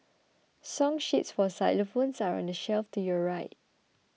song sheets for xylophones are on the shelf to your right